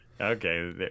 Okay